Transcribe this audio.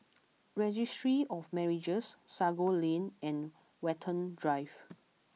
Registry of Marriages Sago Lane and Watten Drive